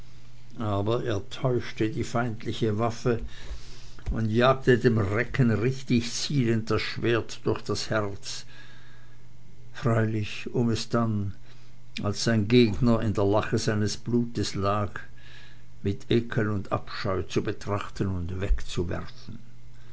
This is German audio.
aber er täuschte die feindliche waffe und jagte dem recken richtig zielend das schwert durch das herz freilich um es dann als sein gegner in der lache seines blutes lag mit ekel und abscheu zu betrachten und wegzuwerfen